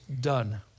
done